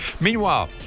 Meanwhile